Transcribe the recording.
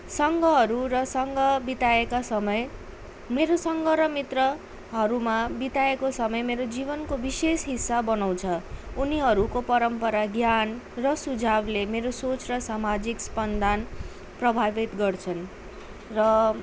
सँगहरू र सँग बिताएका समय मेरो सँग र मित्रहरूमा बिताएको समय मेरो जीवनको विशेष हिस्सा बनाउँछ उनीहरूको परम्परा ज्ञान र सुझाउले मेरो सोच र सामाजिक स्पन्दन प्रभावित गर्छन् र